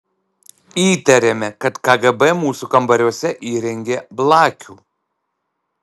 įtarėme kad kgb mūsų kambariuose įrengė blakių